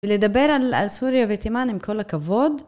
ולדבר על סוריה ותימן עם כל הכבוד